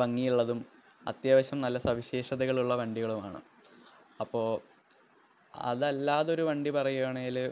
ഭംഗിയുള്ളതും അത്യാവശ്യം നല്ല സവിശേഷതകളുള്ള വണ്ടികളുമാണ് അപ്പോള് അതല്ലാതൊരു വണ്ടി പറയുവാണെങ്കില്